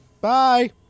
Bye